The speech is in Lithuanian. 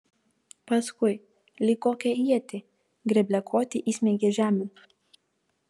paskui lyg kokią ietį grėbliakotį įsmeigė žemėn